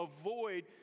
avoid